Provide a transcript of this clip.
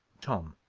tom,